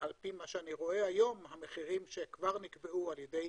לפי מה שאני רואה היום, המחירים שכבר נקבעו על-ידי